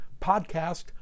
podcast